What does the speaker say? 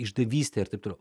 išdavystė ir taip toliau